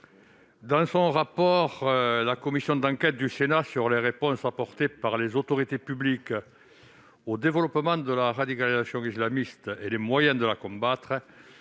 Dans son rapport, la commission d'enquête du Sénat sur les réponses apportées par les autorités publiques au développement de la radicalisation islamiste et les moyens de la combattre